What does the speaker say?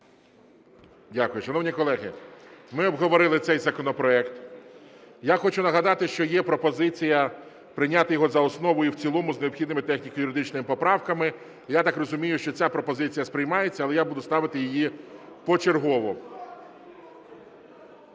Дякую. Шановні колеги, ми обговорили цей законопроект. Я хочу нагадати, що є пропозиція прийняти його за основу і в цілому з необхідними техніко-юридичними поправками. І я так розумію, що ця пропозиція сприймається, але я буду ставити її почергово.